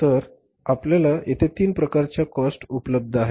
तर आप्ल्यालादे येथे ३ प्रकारचे कॉस्ट उपलब्ध आहेत